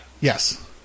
Yes